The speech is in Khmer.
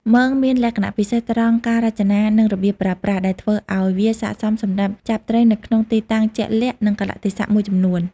មងមានលក្ខណៈពិសេសត្រង់ការរចនានិងរបៀបប្រើប្រាស់ ដែលធ្វើឱ្យវាស័ក្តិសមសម្រាប់ចាប់ត្រីនៅក្នុងទីតាំងជាក់លាក់និងកាលៈទេសៈមួយចំនួន។